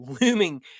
looming